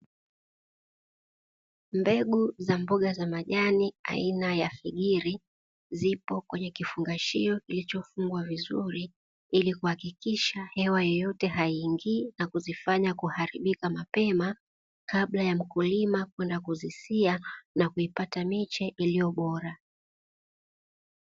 Mbegu za mboga za majani aina ya figiri, zipo kwenye kifungashio kilichofungwa vizuri ili kuhakikisha hewa yoyote haiingii na kuzifanya kuharibika mapema, kabla ya mkulima kwenda kuzisia na kupata miche iliyo bora.